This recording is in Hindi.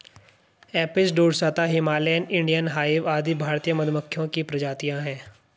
Apis dorsata, Himalayan, Indian hive आदि भारतीय मधुमक्खियों की प्रजातियां है